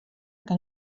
que